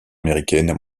américaine